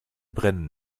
brennen